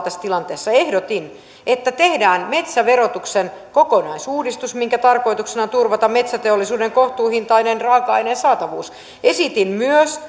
tässä tilanteessa ehdotin että tehdään metsäverotuksen kokonaisuudistus minkä tarkoituksena on turvata metsäteollisuuden kohtuuhintainen raaka aineen saatavuus esitin myös